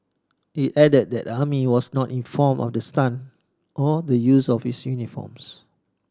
it added that the army was not informed of the stunt or the use of its uniforms